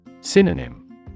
Synonym